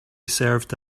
served